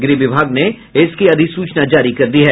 गृह विभाग ने इसकी अधिसूचना जारी कर दी है